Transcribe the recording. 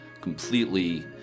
completely